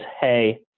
Hey